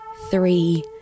three